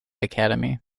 academy